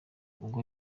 ubwo